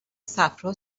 صفرا